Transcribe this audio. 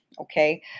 okay